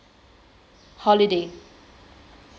holiday